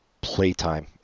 Playtime